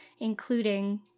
including